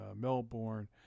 melbourne